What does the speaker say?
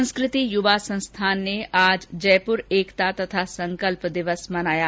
संस्कृति युवा संस्थान ने आज जयपुर एकता तथा संकल्प दिवस मनाया गया